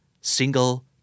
single